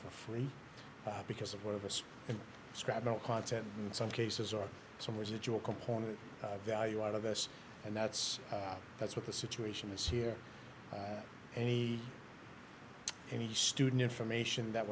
free because of where the scrap metal content in some cases or some residual component value out of us and that's not that's what the situation is here any any student information that